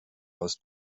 aus